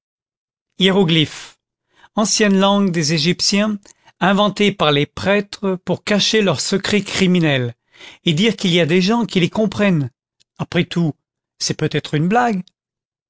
hiéroglyphes ancienne langue des egyptiens inventée par les prêtres pour cacher leurs secrets criminels et dire qu'il y a des gens qui les comprennent après tout c'est peut-être une blague